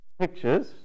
pictures